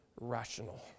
rational